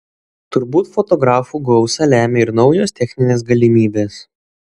turbūt fotografų gausą lemia ir naujos techninės galimybės